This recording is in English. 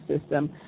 system